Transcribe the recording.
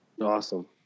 Awesome